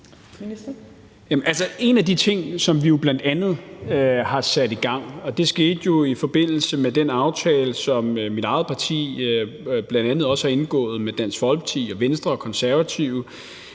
En af de ting, som vi jo bl.a. har sat i gang – og det skete i forbindelse med den aftale, som mit eget parti bl.a. også har indgået med Dansk Folkeparti, Venstre og Konservative,